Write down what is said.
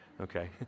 okay